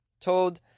told